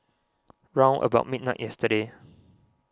round about midnight yesterday